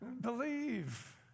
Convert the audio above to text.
believe